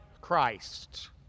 Christ